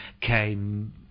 came